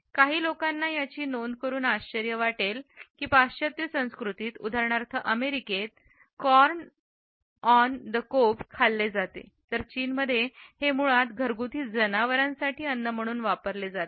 काही लोकांना याची नोंद करुन आश्चर्य वाटेल पाश्चात्य संस्कृती उदाहरणार्थ अमेरिकेत कॉर्न ऑन द कोब खाल्ले जाते तर चीनमध्ये हे मुळात घरगुती जनावरांसाठी अन्न म्हणून वापरले जाते